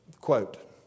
quote